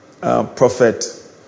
prophet